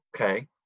okay